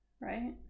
Right